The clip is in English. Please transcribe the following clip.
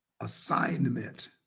assignment